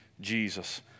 Jesus